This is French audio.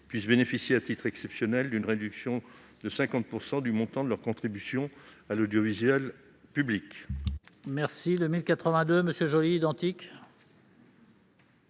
puissent bénéficier à titre exceptionnel d'une réduction de 50 % du montant de leur contribution à l'audiovisuel public.